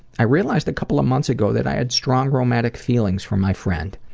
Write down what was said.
i realized a couple of months ago, that i had strong romantic feelings for my friend.